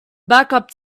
backup